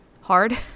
hard